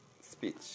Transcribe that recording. speech